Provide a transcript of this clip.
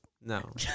No